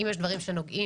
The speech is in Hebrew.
אם יש דברים שנוגעים